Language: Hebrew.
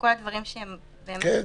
כל הדברים שהם באמת טכניים --- כן,